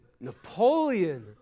Napoleon